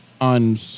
on